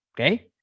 Okay